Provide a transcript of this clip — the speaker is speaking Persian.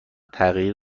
تغییر